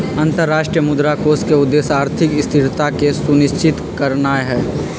अंतरराष्ट्रीय मुद्रा कोष के उद्देश्य आर्थिक स्थिरता के सुनिश्चित करनाइ हइ